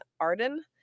Arden